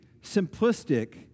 simplistic